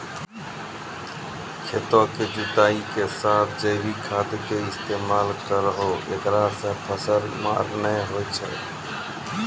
खेतों के जुताई के साथ जैविक खाद के इस्तेमाल करहो ऐकरा से फसल मार नैय होय छै?